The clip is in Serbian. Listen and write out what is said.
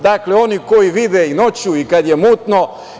Dakle, oni koji vide i noću i kada je mutno.